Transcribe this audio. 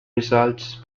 results